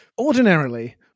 ordinarily